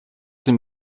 tym